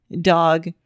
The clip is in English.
Dog